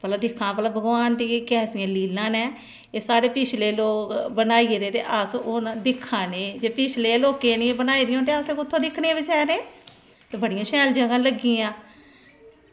ते भला दिक्खां भगवान दियां बी कैसियां लीलां न एह् साढ़े पिच्छले लोग ते बनाई गेदे ते अस हून दिक्खा ने ते पिच्छलें लोकें निं बनाये दे होंदे ते असें कुत्थां दिक्खने हे बेचारें ते बड़ियां शैल जगह लग्गियां